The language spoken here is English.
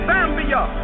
Zambia